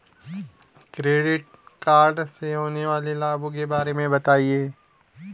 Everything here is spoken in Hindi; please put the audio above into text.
क्रेडिट कार्ड से होने वाले लाभों के बारे में बताएं?